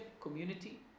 community